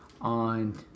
on